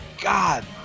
god